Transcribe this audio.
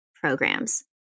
programs